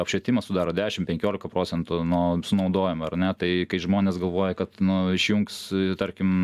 apšvietimas sudaro dešim penkiolika procentų no sunaudojimo ar ne tai kai žmonės galvoja kad nu išjungs tarkim